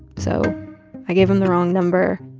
so i gave him the wrong number.